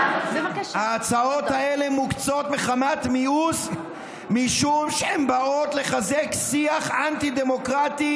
ההצעות האלה מוקצות מחמת מיאוס משום שהן באות לחזק שיח אנטי-דמוקרטי,